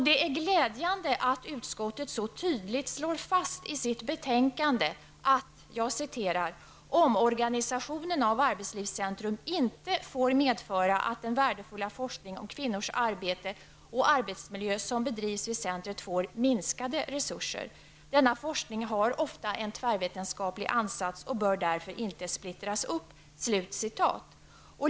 Det är glädjande att utskottet så tydligt slår fast i sitt betänkande att ''omorganisationen av arbetslivscentrum inte får medföra att den värdefulla forskning om kvinnors arbete och arbetsmiljö som bedrivs vid centret får minskade resurser. Denna forskning har ofta en tvärvetenskaplig ansats och bör därför inte splittras upp.''